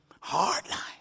hardline